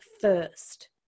first